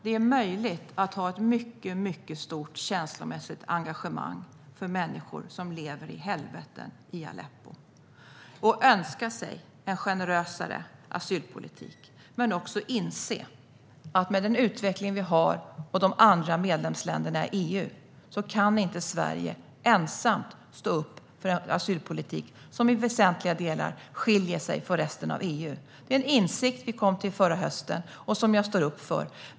Det är möjligt att ha ett mycket stort känslomässigt engagemang för människor som lever i helvetet i Aleppo och önska sig en generösare asylpolitik men också inse att Sverige, med den utveckling som vi har och med tanke på de övriga medlemsländerna i EU, inte ensamt kan stå upp för en asylpolitik som i väsentliga delar skiljer sig från resten av EU. Det är insikt som vi kom fram till förra hösten och som jag står upp för.